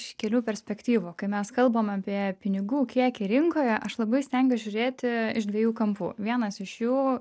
iš kelių perspektyvų kai mes kalbam apie pinigų kiekį rinkoje aš labai stengiuosi žiūrėti iš dviejų kampų vienas iš jų